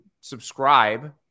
subscribe –